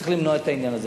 וצריך למנוע את העניין הזה.